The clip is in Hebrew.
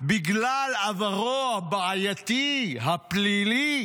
בגלל עברו הבעייתי הפלילי